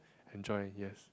enjoy yes